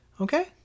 Okay